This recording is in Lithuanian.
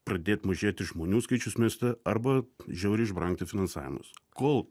pradėt mažėti žmonių skaičius mieste arba žiauriai išbrangti finansavimas kol